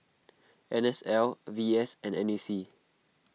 N S L V S and N A C